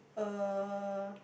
uh